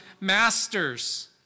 masters